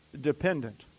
dependent